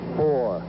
four